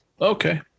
Okay